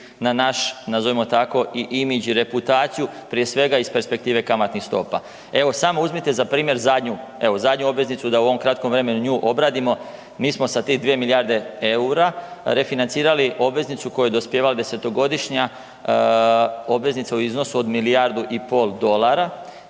na naš, nazovimo tako i imidž, reputaciju, prije svega iz perspektive kamatnih stopa. Evo, samo uzmite za primjer zadnju obveznicu da u ovom kratkom vremenu nju obradimo. Mi smo sa tih 2 milijarde eura refinancirali obveznicu koja je dopjevala desetogodišnja obveznica u iznosu od milijardu i pol dolara,